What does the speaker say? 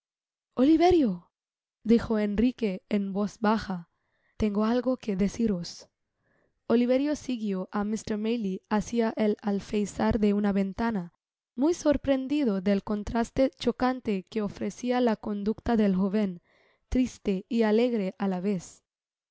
dijo enrique en voz baja i tengo algo que deciros oliverio siguió á mr maylie hacia el alfeizar de una ventana muy sorprendido del contraste chocante que ofrecia la conducta del joven triste y alegre á la vez